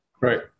Right